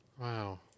Wow